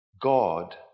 god